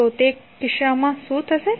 તો તે કિસ્સામાં શું થશે